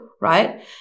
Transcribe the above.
right